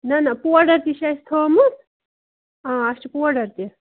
نہ نہ پوڈر تہِ چھےٚ اسہ تھٲمژ اَسہِ چھِ پوڈر تہِ